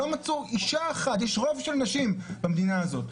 יש רוב של נשים במדינה הזאת,